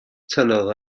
tynnodd